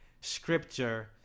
Scripture